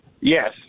Yes